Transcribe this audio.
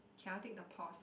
cannot take the pause